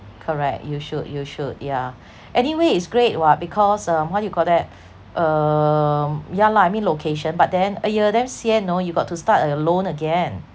correct you should you should yeah anyway is great [what] because um what do you call that um ya lah I mean location but then !eeyer! damn sian you know you got to start a loan again